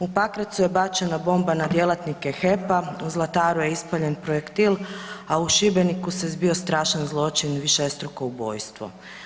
U Pakracu je bačena bomba na djelatnike HEP-a, u Zlataru je ispaljen projektil, a u Šibeniku se zbio strašan zločin višestruko ubojstvo.